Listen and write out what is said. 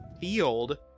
field